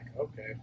okay